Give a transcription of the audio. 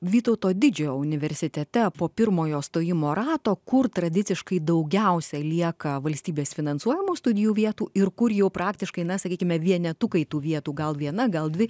vytauto didžiojo universitete po pirmojo stojimo rato kur tradiciškai daugiausiai lieka valstybės finansuojamų studijų vietų ir kur jau praktiškai na sakykime vienetukai tų vietų gal viena gal dvi